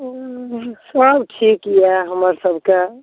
हँ सब ठीक यऽ हमर सबके